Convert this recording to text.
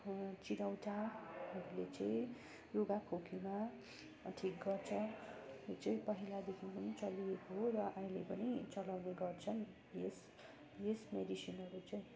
चिरौटोहरूले चाहिँ रुघाखोकीमा ठिक गर्छ यो चाहिँ पहिलादेखि नै चलेको हो र अहिले पनि चलाउने गर्छन् यस यस मेडिसिनहरू चाहिँ